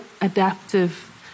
adaptive